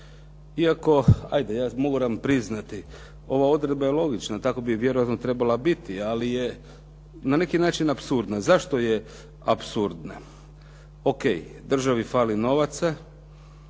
Iako, ajde ja moram priznati, ova odredba je logična, takva bi vjerojatno trebala biti, ali je na neki način apsurdna. Zašto je apsurdna? O.K, državi fali novaca